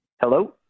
Hello